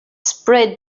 spread